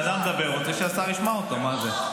הבן אדם מדבר, הוא רוצה שהשר ישמע אותו, מה זה.